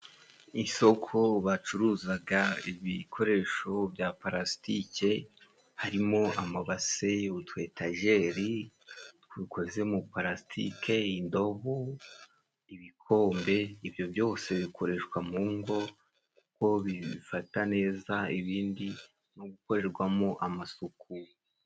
Isoko bacuruzaga ibikoresho bya palasitike harimo amabase, utu etajere dukoze mu palasitike, indobo ibikombe, ibyo byose bikoreshwa mu ngo kuko bifata neza ibindi no gukorerwamo amasuku.